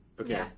Okay